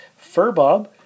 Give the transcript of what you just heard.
FurBob